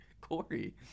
Corey